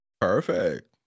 Perfect